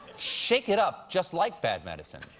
shake it up, just like bad medicine.